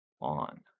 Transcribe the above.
on